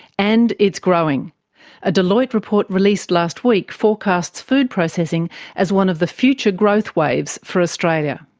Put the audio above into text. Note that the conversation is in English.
and it's growing a deloitte report released last week forecasts food processing as one of the future growth waves for australia.